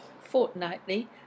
fortnightly